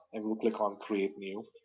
and we'll click on create new.